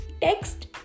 text